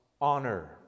honor